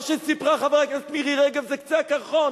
מה שסיפרה חברת הכנסת מירי רגב זה קצה הקרחון.